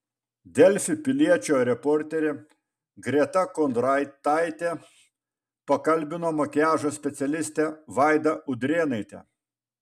delfi piliečio reporterė greta kondrataitė pakalbino makiažo specialistę vaivą udrėnaitę